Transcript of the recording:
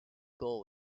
goal